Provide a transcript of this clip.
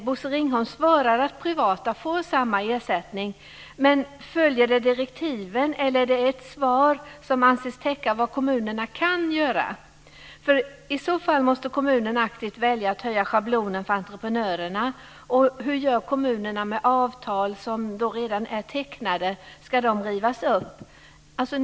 Bosse Ringholm svarar att privata får samma ersättning, men följer det direktiven, eller är det ett svar som anses täcka vad kommunerna kan göra? För i så fall måste kommunen aktivt välja att höja schablonen för entreprenörerna. Och hur gör kommunerna med avtal som redan är tecknade; ska de rivas upp?